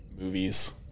movies